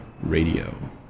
Radio